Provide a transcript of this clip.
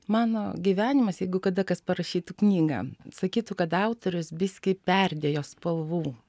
mano gyvenimas jeigu kada kas parašytų knygą sakytų kad autorius biskį perdėjo spalvų